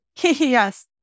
Yes